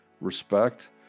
respect